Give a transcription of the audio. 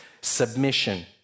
submission